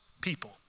people